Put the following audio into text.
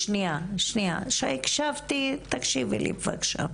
שנייה, אני הקשבתי, תקשיבי לי בבקשה,